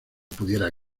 pudiera